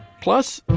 plus